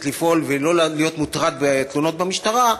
לפעול ולא להיות מוטרד בתלונות במשטרה,